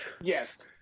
yes